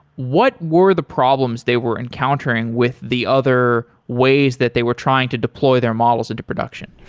what were the problems they were encountering with the other ways that they were trying to deploy their models into production?